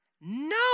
No